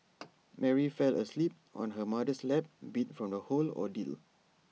Mary fell asleep on her mother's lap beat from the whole ordeal